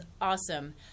awesome